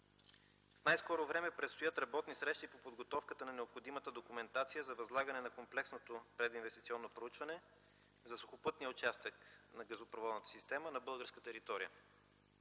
В най-скоро време предстоят работни срещи по подготовката на необходимата документация за възлагане на комплексното прединвестиционно проучване за сухопътния участък на газопроводната система на българска територия.